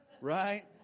right